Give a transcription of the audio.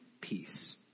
peace